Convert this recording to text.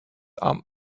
armed